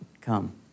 come